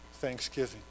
Thanksgiving